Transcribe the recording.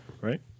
Right